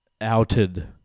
outed